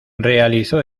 realizó